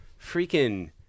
freaking